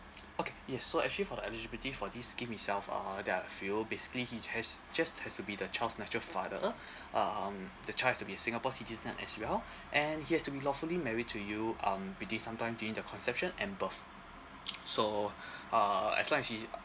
okay yes so actually for eligibility for this scheme itself uh there are a few basically he has just has to be the child's natural father um the child has to be singapore citizen as well and he has to be lawfully married to you um within sometime during the conception and birth so uh as long as he